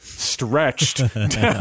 stretched